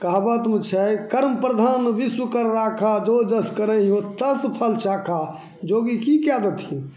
कहावतमे छै कर्मप्रधान विश्व कर राखा जो जस करहिँ ओ तस फल चाखा जोगी कि कै देथिन